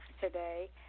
today